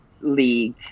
League